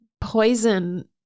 poison